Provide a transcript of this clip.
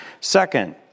Second